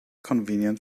convenient